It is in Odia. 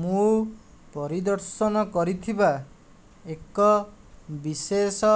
ମୁଁ ପରିଦର୍ଶନ କରିଥିବା ଏକ ବିଶେଷ